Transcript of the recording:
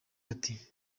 ati